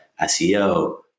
SEO